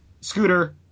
Scooter